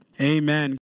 Amen